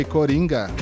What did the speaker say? Coringa